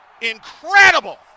Incredible